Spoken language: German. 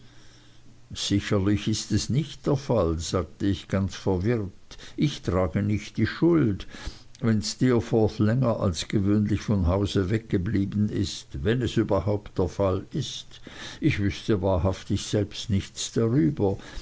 sicherlich ist es nicht der fall sagte ich ganz verwirrt ich trage nicht die schuld wenn steerforth länger als gewöhnlich von hause weggeblieben ist wenn es überhaupt der fall ist ich wüßte wahrhaftig selbst nichts darüber